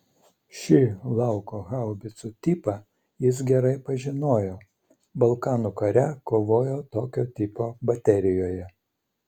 šį lauko haubicų tipą jis gerai pažinojo balkanų kare kovojo tokio tipo baterijoje